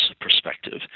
perspective